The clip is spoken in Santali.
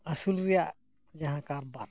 ᱟᱹᱥᱩᱞ ᱨᱮᱭᱟᱜ ᱡᱟᱦᱟᱸ ᱠᱟᱨᱵᱟᱨ